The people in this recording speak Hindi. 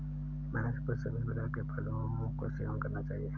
मनुष्य को सभी प्रकार के फलों का सेवन करना चाहिए